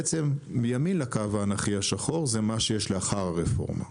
מימין לקו האנכי השחור זה מה שיש לאחר הרפורמה.